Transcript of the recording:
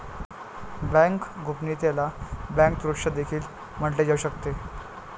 bank गोपनीयतेला bank सुरक्षा देखील म्हटले जाऊ शकते